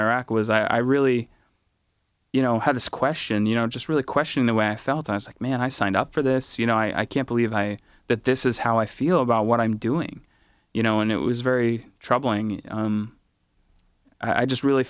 iraq was i really you know had this question you know just really question the way i felt i was like man i signed up for this you know i can't believe i that this is how i feel about what i'm doing you know and it was very troubling i just really